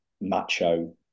macho